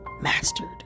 mastered